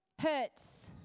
hurts